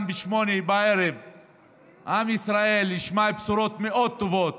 ב-20:00 עם ישראל ישמע בשורות מאוד טובות